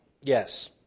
Yes